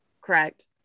Correct